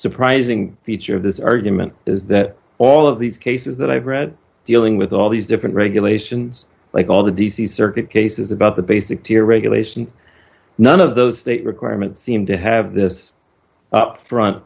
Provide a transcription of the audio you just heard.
surprising feature of this argument is that all of these cases that i've read dealing with all these different regulations like all the d c circuit cases about the basic deregulation none of those state requirements seem to have this upfront